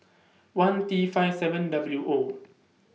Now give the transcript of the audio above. one T five seven W O